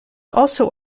also